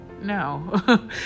no